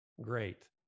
great